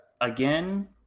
again